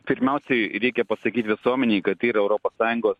pirmiausiai reikia pasakyt visuomenei kad tai yra europos sąjungos